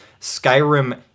Skyrim